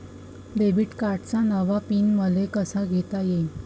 Debit कार्डचा नवा PIN मले कसा घेता येईन?